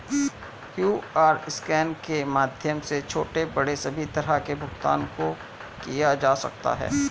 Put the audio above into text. QR scan के माध्यम से छोटे बड़े सभी तरह के भुगतान को किया जा सकता है